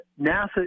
NASA